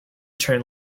turn